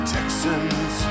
Texans